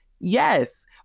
Yes